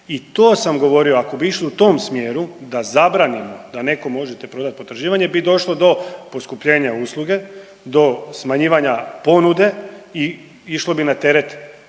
i to sam govorio, ako bi išli u tom smjeru da zabranimo da nekom možete prodati potraživanje bi došlo do poskupljenja usluge, do smanjivanja ponude i išlo bi na teret